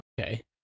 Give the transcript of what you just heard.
okay